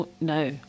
No